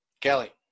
Kelly